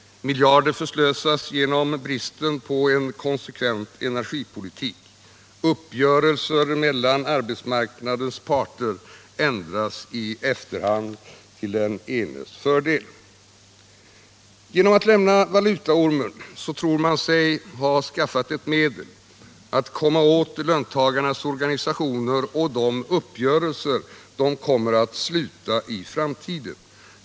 Miljarder förslösas genom bristen på en konsekvent energipolitik. Uppgörelser mellan arbetsmarknadens parter ändras i efterhand till den enes fördel. Genom att lämna valutaormen tror man sig ha skaffat ett medel att komma åt löntagarnas organisationer och de uppgörelser de kommer att sluta i framtiden.